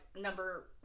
number